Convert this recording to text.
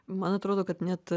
man atrodo kad net